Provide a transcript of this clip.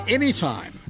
anytime